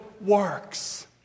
works